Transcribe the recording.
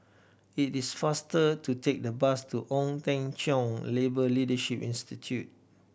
it is faster to take the bus to Ong Teng Cheong Labour Leadership Institute